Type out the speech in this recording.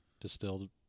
distilled